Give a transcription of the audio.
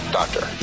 doctor